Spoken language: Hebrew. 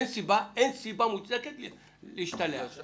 אין סיבה מוצדקת להשתלח.